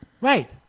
Right